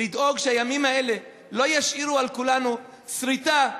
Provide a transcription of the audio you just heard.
ולדאוג שהימים האלה לא ישאירו על כולנו שריטה,